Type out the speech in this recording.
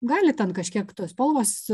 gali ten kažkiek tos spalvos